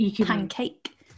pancake